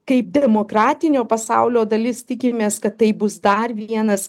kaip demokratinio pasaulio dalis tikimės kad tai bus dar vienas